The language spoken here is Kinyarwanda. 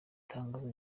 itangazo